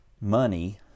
money